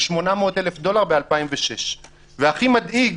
ו-800 אלף דולר בשנת 2006. והכי מדאיג